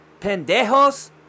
Pendejos